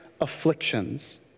afflictions